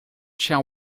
shall